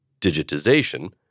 digitization—